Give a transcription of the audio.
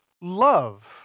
love